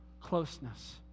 closeness